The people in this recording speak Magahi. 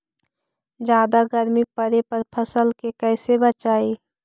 जादा गर्मी पड़े पर फसल के कैसे बचाई?